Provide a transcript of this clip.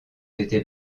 été